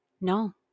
No